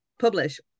Publish